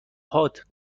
هات